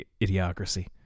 Idiocracy